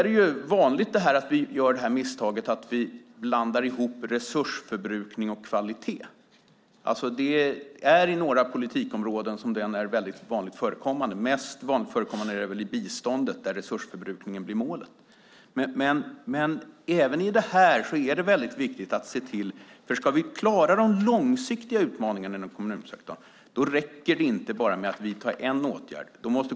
Det är vanligt att vi gör misstaget att blanda ihop resursförbrukning och kvalitet. Det är vanligt inom några politikområden. Vanligast är det väl inom biståndet där resursförbrukningen blir målet. Ska vi klara de långsiktiga utmaningarna inom kommunsektorn räcker det inte att vidta en åtgärd.